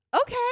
okay